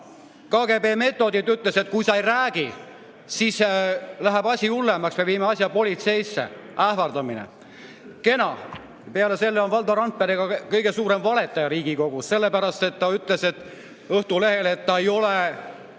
KGB meetodid ja ütles, et kui sa ei räägi, siis läheb asi hullemaks, me viime asja politseisse. Ähvardamine. Kena. Peale selle on Valdo Randpere ka kõige suurem valetaja Riigikogus, sellepärast et ta ütles Õhtulehele, et Kert